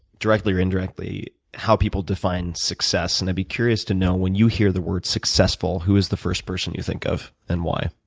directly or indirectly, how people define success. and i'd be curious to know, when you hear the word, successful, who is the first person you think of, and why?